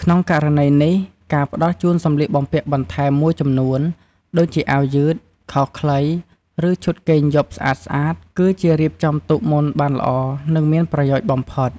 ក្នុងករណីនេះ ការផ្តល់ជូនសម្លៀកបំពាក់បន្ថែមមួយចំនួន ដូចជាអាវយឺត ខោខ្លី ឬឈុតគេងយប់ស្អាតៗ គឺជារៀបចំទុកមុនបានល្អ និងមានប្រយោជន៍បំផុត។